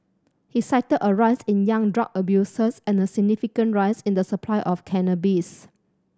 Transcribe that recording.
he cited a rise in young drug abusers and a significant rise in the supply of cannabis